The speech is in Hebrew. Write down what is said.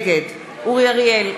נגד אורי אריאל,